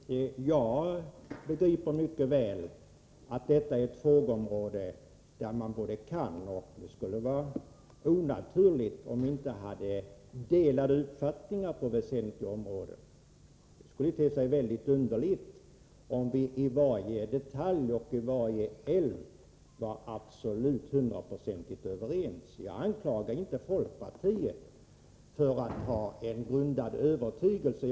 Herr talman! Jag begriper mycket väl att detta är ett område där det skulle vara onaturligt om vi inte på väsentliga punkter hade delade meningar. Det skulle te sig mycket underligt om vi i varje detalj och när det gäller varje älv var hundraprocentigt överens. Jag anklagar inte folkpartiet för att man har en grundad övertygelse.